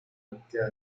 búsqueda